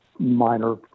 minor